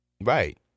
Right